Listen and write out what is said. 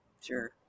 sure